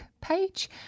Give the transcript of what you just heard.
page